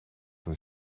een